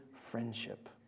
Friendship